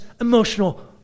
emotional